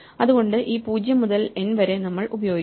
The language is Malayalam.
അതുകൊണ്ട് ഈ 0 മുതൽ n വരെ നമ്മൾ ഉപയോഗിക്കും